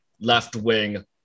left-wing